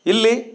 ಇಲ್ಲಿ